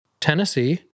Tennessee